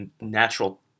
natural